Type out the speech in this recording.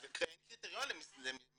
אין קריטריונים למינהל הסטודנטים.